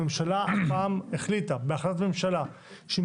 הממשלה הפעם החליטה בהחלטת ממשלה שהיא